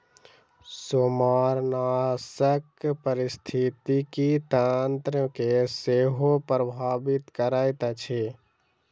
सेमारनाशक पारिस्थितिकी तंत्र के सेहो प्रभावित करैत अछि